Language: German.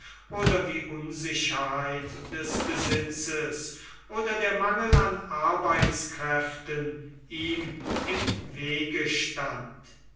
oder die unsicherheit des besitzes oder der mangel an arbeitskräften ihm im wege stand